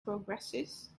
progressist